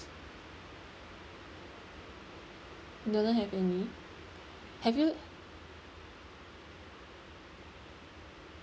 do not have any have you